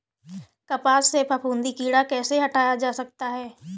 कपास से फफूंदी कीड़ा कैसे हटाया जा सकता है?